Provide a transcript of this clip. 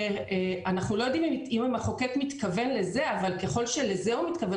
אנחנו לא יודעים אם המחוקק מתכוון לזה אבל ככל שלזה הוא מתכוון